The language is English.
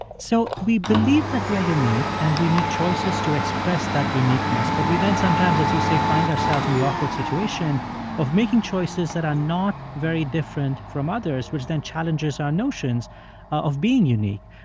so we believe that we are unique and we need choices to express that uniqueness. but we then sometimes, as you say, find ourselves in the awkward situation of making choices that are not very different from others, which then challenges our notions of being unique.